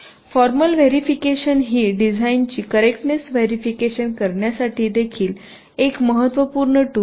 formal verification हे डिझाइनची correctness verification करण्यासाठी देखील एक महत्त्वपूर्ण टूल आहे